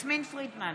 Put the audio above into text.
יסמין פרידמן,